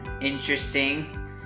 interesting